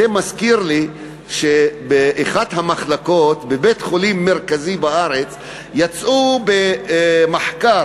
זה מזכיר לי שבאחת המחלקות בבית-חולים מרכזי בארץ יצאו במחקר